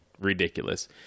ridiculous